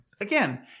again